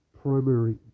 primary